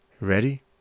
ready